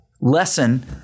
lesson